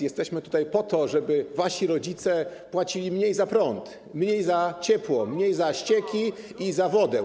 Jesteśmy tutaj po to, żeby wasi rodzice płacili mniej za prąd, mniej za ciepło, mniej za ścieki i za wodę.